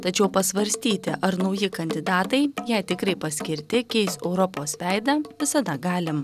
tačiau pasvarstyti ar nauji kandidatai jei tikrai paskirti keis europos veidą visada galim